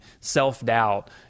self-doubt